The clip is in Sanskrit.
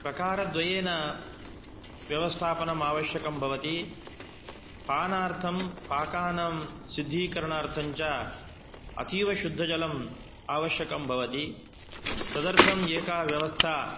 प्रकारद्वयेन व्यवस्थापनमावश्यकं भवति पानार्थं पाकानां शुद्धीकरणार्थं च अतीवशुद्धजलम् आवश्यकं भवति तदर्थम् एका व्यवस्था